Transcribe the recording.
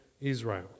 Israel